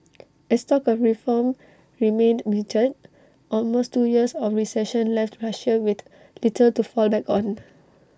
as talk of reform remained muted almost two years of recession left Russia with little to fall back on